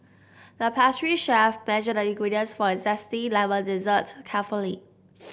the pastry chef measured the ingredients for a zesty lemon dessert carefully